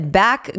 back